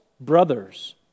brothers